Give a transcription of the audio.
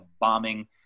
bombing